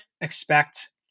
expect